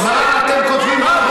מה אתם כותבים,